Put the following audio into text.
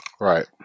Right